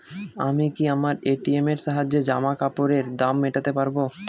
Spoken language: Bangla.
আমি কি আমার এ.টি.এম এর সাহায্যে জামাকাপরের দাম মেটাতে পারব?